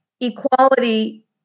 equality